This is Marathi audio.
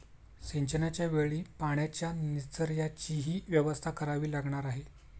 सिंचनाच्या वेळी पाण्याच्या निचर्याचीही व्यवस्था करावी लागणार आहे